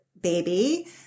baby